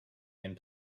and